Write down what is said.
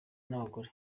n’abagore